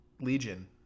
Legion